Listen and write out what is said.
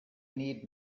need